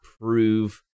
prove